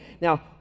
Now